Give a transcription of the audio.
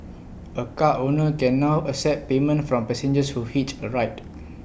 A car owner can now accept payment from passengers who hitch A ride